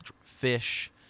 fish